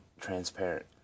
transparent